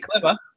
clever